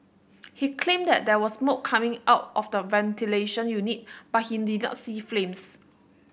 he claimed that there was smoke coming out of the ventilation unit but he did not see flames